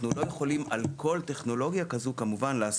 לכן אנחנו לא יכולים על כל טכנולוגיה כזאת לעשות